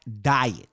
diet